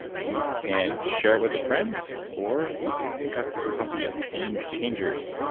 you can share it with a friend, or you can pick up your copy of game changers,